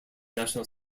national